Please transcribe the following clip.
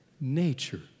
nature